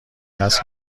هست